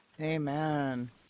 Amen